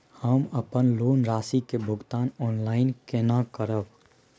हम अपन लोन राशि के भुगतान ऑनलाइन केने करब?